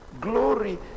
Glory